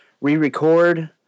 re-record